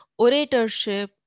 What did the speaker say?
oratorship